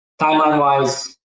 timeline-wise